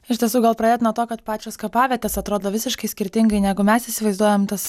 iš tiesų gal pradėt nuo to kad pačios kapavietės atrodo visiškai skirtingai negu mes įsivaizduojam tas